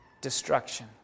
destruction